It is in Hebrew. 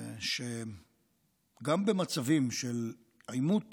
שגם במצבים של עימות